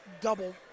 double